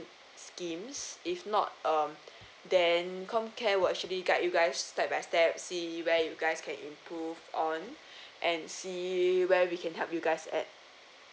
schemes if not uh then comcare will actually guide you guys step by step see where you guys can improve on and see where we can help you guys at